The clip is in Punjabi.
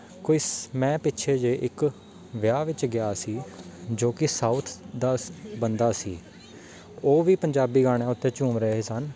ਕੋਈ ਮੈਂ ਪਿੱਛੇ ਜਿਹੇ ਇੱਕ ਵਿਆਹ ਵਿੱਚ ਗਿਆ ਸੀ ਜੋ ਕਿ ਸਾਊਥ ਦਾ ਬੰਦਾ ਸੀ ਉਹ ਵੀ ਪੰਜਾਬੀ ਗਾਣਿਆਂ ਉੱਤੇ ਝੂਮ ਰਹੇ ਸਨ